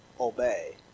Obey